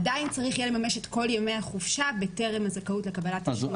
עדיין צריך יהיה לממש את כל ימי החופשה בטרם הזכאות לקבל תשלום.